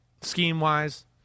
scheme-wise